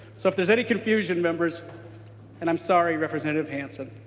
so if there's any confusion members and i'm sorry representative hansen.